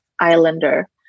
Islander